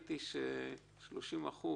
וראיתי ש-30%